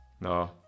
No